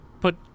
put